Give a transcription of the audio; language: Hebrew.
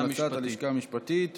זה גם נתון להמלצת הלשכה המשפטית.